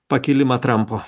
pakilimą trampo